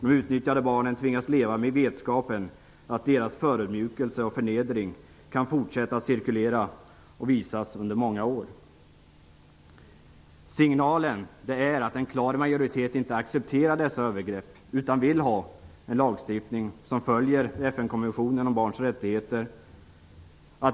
De utnyttjade barnen tvingas leva med vetskapen att deras förödmjukelse och förnedring kan fortsätta att cirkulera och visas under många år. Denna signal innebär att en klar majoritet inte accepterar dessa övergrepp utan vill ha en lagstiftning som följer FN-konventionen om barns rättigheter.